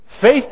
Faith